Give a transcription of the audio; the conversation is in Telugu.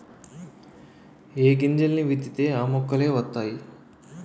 ఏ గింజల్ని విత్తితే ఆ మొక్కలే వతైయి